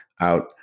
out